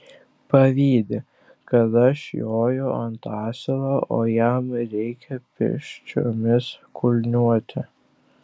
pavydi kad aš joju ant asilo o jam reikia pėsčiomis kulniuoti